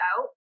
out